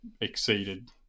exceeded